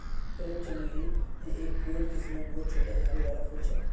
crepe चमेली एक गोल किस्मेर बहुत छोटा झाड़ी वाला फूल छे